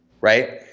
right